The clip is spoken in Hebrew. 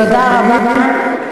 תודה רבה.